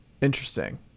Interesting